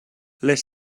les